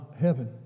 heaven